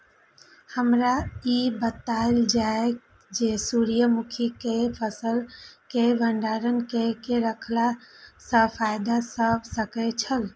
हमरा ई बतायल जाए जे सूर्य मुखी केय फसल केय भंडारण केय के रखला सं फायदा भ सकेय छल?